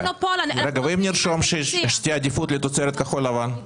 ואם נרשום שתהיה עדיפות לתוצרת כחול לבן?